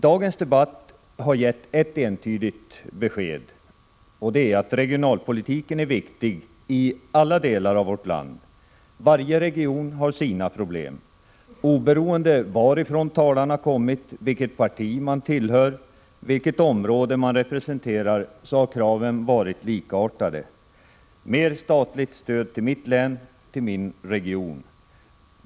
Dagens debatt har gett ett entydigt besked: Regionalpolitik är viktig i alla delar av vårt land. Varje region har sina problem. Oberoende av varifrån talarna kommit, vilket parti man tillhör, vilket område man representerar, har kraven varit likartade: mer statligt stöd till mitt län, till min region.